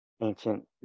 ancient